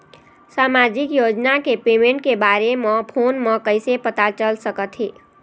सामाजिक योजना के पेमेंट के बारे म फ़ोन म कइसे पता चल सकत हे?